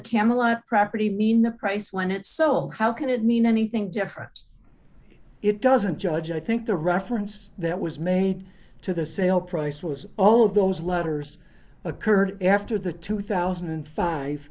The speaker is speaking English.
camelot property mean the price when it's sold how can it mean anything different it doesn't judge i think the reference that was made to the sale price was all of those letters occurred after the two thousand and five